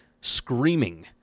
screaming